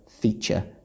Feature